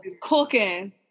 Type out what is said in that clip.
cooking